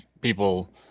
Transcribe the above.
people